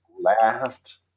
laughed